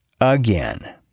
Again